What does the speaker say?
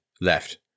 left